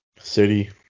City